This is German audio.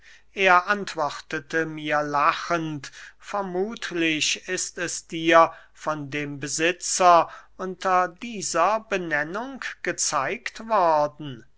er antwortete mir lachend vermuthlich ist es dir von dem besitzer unter dieser benennung gezeigt worden